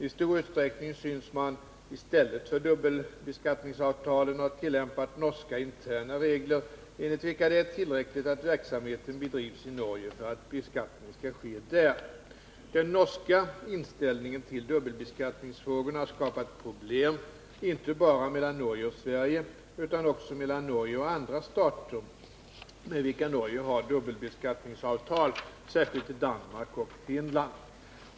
I stor utsträckning synes man —i stället för dubbelbeskattningsavtalen — ha tillämpat norska interna regler enligt vilka det är tillräckligt att verksamheten bedrivs i Norge för att beskattning skall ske där. Den norska inställningen till dubbelbeskattningsfrågorna har skapat problem inte bara mellan Norge och Sverige utan också mellan Norge och andra stater med vilka Norge har dubbelbeskattningsavtal, särskilt Danmark och Finland.